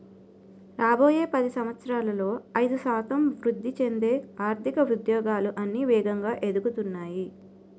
రాబోయే పది సంవత్సరాలలో ఐదు శాతం వృద్ధి చెందే ఆర్థిక ఉద్యోగాలు అన్నీ వేగంగా ఎదుగుతున్నాయి